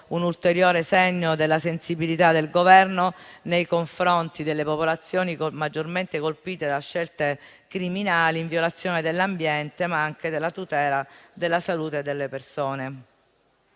un ulteriore segno della sensibilità del Governo nei confronti delle popolazioni maggiormente colpite da scelte criminali in violazione dell'ambiente, ma anche della tutela della salute delle persone.